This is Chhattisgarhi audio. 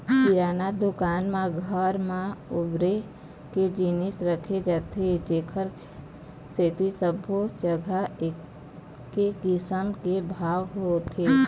किराना दुकान म घर म बउरे के जिनिस राखे जाथे जेखर सेती सब्बो जघा एके किसम के भाव होथे